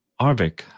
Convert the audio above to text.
Arvik